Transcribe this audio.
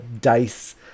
dice